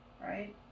right